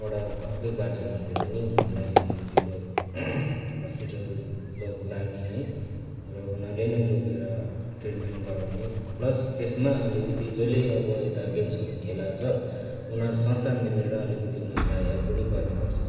एउटा घरकै गार्जेनहरूले पनि उनीहरूलाई अलिकिति लग् हस्पिटल लग् लाने है र उनीहरूले नै लगेर ट्रिटमेन्ट गराउने प्लस त्यसमा अलिकिति जसले अब यता गेम्सहरू खेलाएको छ उनीहरू संस्था मिलेर अलिकिति उनीहरूलाई हेल्प पनि गर्ने गर्छ